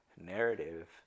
narrative